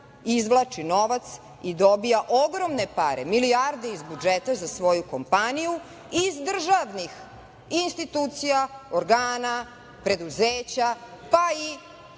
izvlači novac i dobija ogromne pare, milijarde iz budžeta za svoju kompaniju i iz državnih institucija, organa, preduzeća, pa i